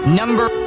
number